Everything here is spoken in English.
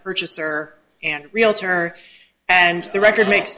purchaser and a realtor and the record make